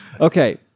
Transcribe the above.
Okay